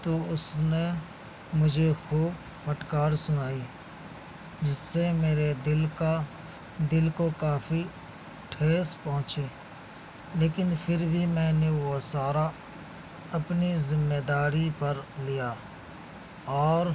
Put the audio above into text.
تو اس نے مجھے خوب پھٹکار سنائی جس سے میرے دل کا دل کو کافی ٹھیس پہنچی لیکن پھر بھی میں نے وہ سارا اپنی ذمہ داری پر لیا اور